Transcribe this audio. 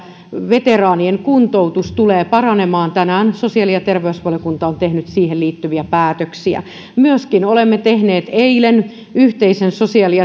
veteraanien kuntoutus tulee paranemaan tänään sosiaali ja terveysvaliokunta on tehnyt siihen liittyviä päätöksiä myöskin olemme tehneet eilen yhteisen sosiaali